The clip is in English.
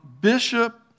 bishop